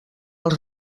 els